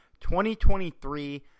2023